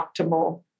optimal